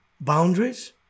boundaries